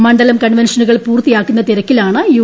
മണ്ഡലം കൺവെൻഷനുകൾ പൂർത്തിയാക്കുന്ന തിരക്കിലാണ് യു